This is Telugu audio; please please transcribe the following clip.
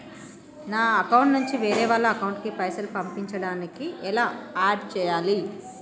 నా అకౌంట్ నుంచి వేరే వాళ్ల అకౌంట్ కి పైసలు పంపించడానికి ఎలా ఆడ్ చేయాలి?